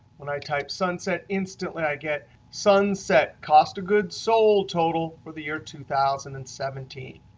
when i type sunset, instantly i get sunset cost of goods sold total for the year two thousand and seventeen.